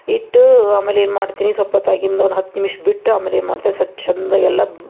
ಇಟ್ಟು ಆಮೇಲೆ ಏನು ಮಾಡ್ತೀನಿ ಸ್ವಲ್ಪೊತ್ತಾಗಿಂದು ಒಂದು ಹತ್ತು ನಿಮಿಷ ಬಿಟ್ಟು ಆಮೇಲೆ ಏನು ಮಾಡ್ತೀನಿ ಸ್ವಚ್ಛ ಚಂದಾಗೆಲ್ಲ